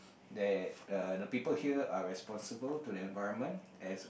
that uh the people here are responsible to the environment as